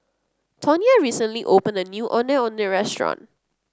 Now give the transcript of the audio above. Tonya recently opened a new Ondeh Ondeh Restaurant